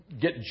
get